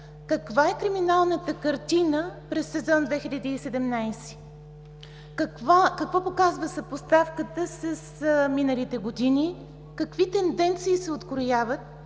каква е криминалната картина през сезон 2017? Какво показва съпоставката с миналите години? Какви тенденции се открояват